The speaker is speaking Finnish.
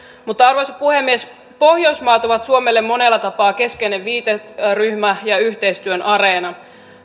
arvoisa puhemies pohjoismaat ovat suomelle monella tapaa keskeinen viiteryhmä ja yhteistyön areena